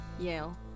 Yale